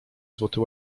złoty